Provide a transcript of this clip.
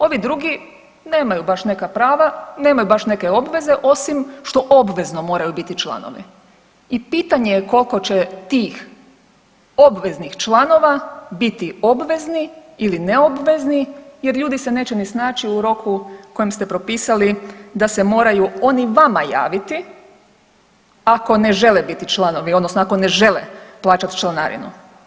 Ovi drugi nemaju baš neka prava, nemaju baš neke obveze, osim što obvezno moraju biti članovi i pitanje je koliko će tih obveznih članova biti obvezni ili neobvezni jer ljudi se neće ni snaći u roku kojem ste propisali da se moraju oni vama javiti, ako ne žele biti članovi, odnosno ak ne žele plaćati članarinu.